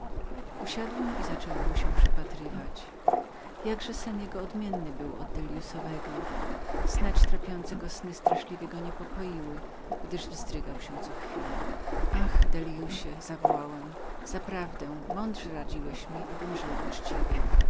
usiadłem naprzeciw niego i zacząłem mu się przypatrywać jakże sen jego odmiennym był od delliuszowego snać trapiące sny straszliwie go niepokoiły gdyż wzdrygał się co chwila ach delliuszu zawołałem zaprawdę mądrze radziłeś mi abym żył uczciwie